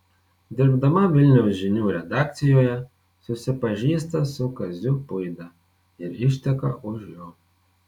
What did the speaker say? dirbdama vilniaus žinių redakcijoje susipažįsta su kaziu puida ir išteka už jo